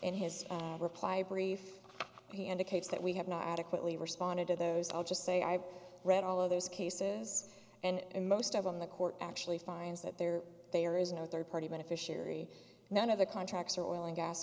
in his reply brief he indicates that we have not adequately responded to those i'll just say i've read all of those cases and most of them the court actually finds that there are there is no third party beneficiary none of the contracts are oil and gas